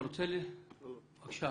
בבקשה,